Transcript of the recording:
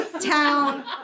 Town